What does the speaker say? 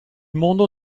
mondo